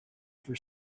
for